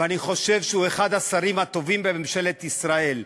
ואני חושב שהוא אחד השרים הטובים בממשלת ישראל,